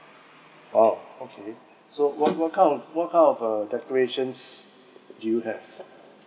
oh okay so what what what kind of what kind of uh decorations do you have